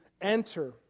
enter